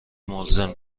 ملزم